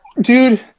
Dude